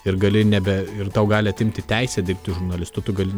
ir gali nebe ir tau gali atimti teisę dirbti žurnalistu tu gali